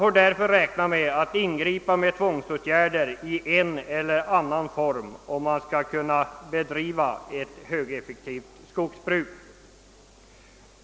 Man får räkna med ingripande tvångsåtgärder i en eller annan form, om vi skall kunna bedriva ett högeffektivt skogsbruk.